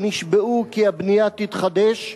שנשבעו כי הבנייה תתחדש,